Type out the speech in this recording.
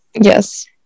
yes